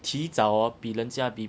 提早 hor 比人家比